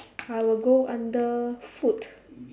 I will go under food